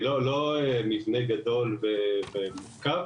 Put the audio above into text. לא מבנה גדול ומורכב.